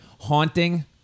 Haunting